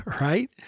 right